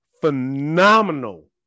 phenomenal